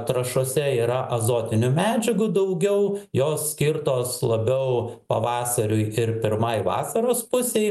trąšose yra azotinių medžiagų daugiau jos skirtos labiau pavasariui ir pirmai vasaros pusei